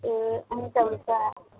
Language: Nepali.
ए हुन्छ हुन्छ